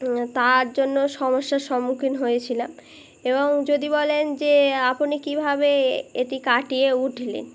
তার জন্য সমস্যার সম্মুখীন হয়েছিলাম এবং যদি বলেন যে আপনি কীভাবে এটি কাটিয়ে উঠলেন